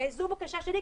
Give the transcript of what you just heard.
זו בקשה שלי,